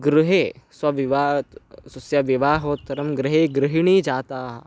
गृहे स्वविवाहः स्वस्याः विवाहोत्तरं गृहे गृहिण्यः जाताः